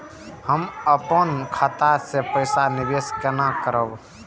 हम अपन खाता से पैसा निवेश केना करब?